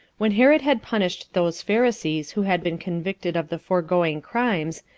when herod had punished those pharisees who had been convicted of the foregoing crimes,